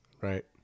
Right